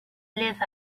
live